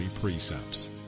precepts